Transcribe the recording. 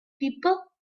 people